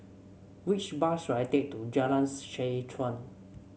which bus should I take to Jalan Seh Chuan